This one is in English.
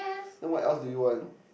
then what else do you want